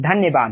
धन्यवाद